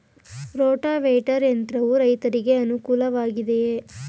Rotavator ಯಂತ್ರವು ರೈತರಿಗೆ ಅನುಕೂಲ ವಾಗಿದೆಯೇ?